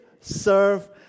serve